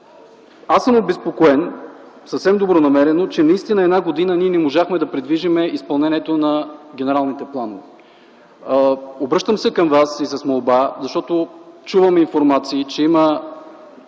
Аз съм обезпокоен, съвсем добронамерено, че наистина една година ние не можахме да придвижим изпълнението на генералните планове. Обръщам се към Вас и с молба, защото чувам информации, че има